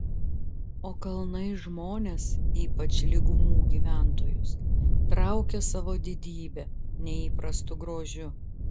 o kalnai žmones ypač lygumų gyventojus traukia savo didybe neįprastu grožiu